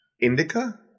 indica